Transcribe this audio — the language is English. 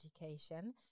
education